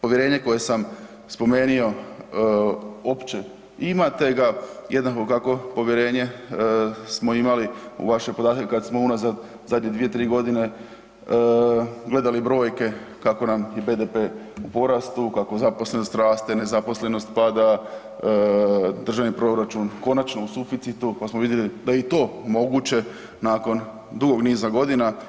Povjerenje koje sam spomenuo opće imate ga, jednako kako povjerenje smo imali u vaše podatke kad smo unazad zadnje 2-3 godine gledali brojke kako nam i BDP u porastu, kako zaposlenost rate, nezaposlenost pada, državni proračun konačno u suficitu, onda smo vidjeli da je i to moguće nakon dugog niza godina.